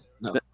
No